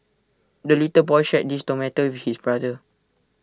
the little boy shared his tomato with his brother